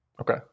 Okay